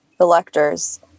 electors